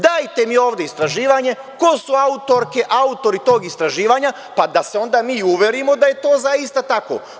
Dajte mi ovde istraživanje ko su autorke, autori tog istraživanja, pa da se onda mi uverimo da je to zaista tako.